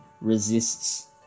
resists